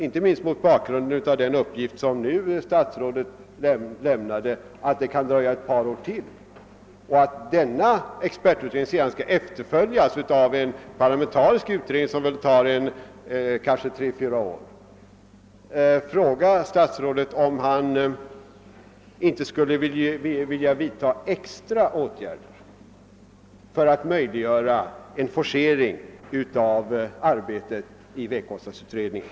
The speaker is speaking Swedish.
Inte minst mot bakgrunden av den uppgift som statsrådet nu lämnade, nämligen att det kan dröja ytterligare ett par år och att denna expertutredning sedan skall efterföljas av en parlamentarisk utredning som väl kommer att arbeta kanske tre å fyra år, vill jag fråga statsrådet, om han inte skulle vilja vidtaga extra åtgärder för att möjliggöra en forcering av arbetet i vägkostnadsutredningen.